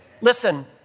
listen